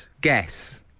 Guess